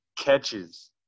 catches